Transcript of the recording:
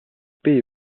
pays